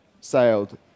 sailed